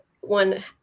one